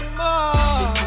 more